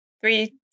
Three